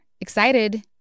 excited